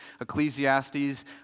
Ecclesiastes